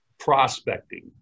Prospecting